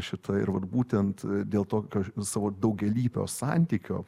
šita ir vat būtent dėl tokio ž savo daugialypio santykio